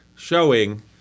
showing